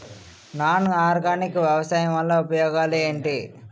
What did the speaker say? Non organic వ్యవసాయం వల్ల ఉపయోగాలు ఏంటీ?